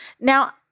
Now